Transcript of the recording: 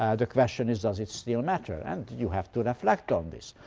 and question is does it still matter? and you have to reflect on this.